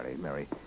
Mary